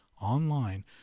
online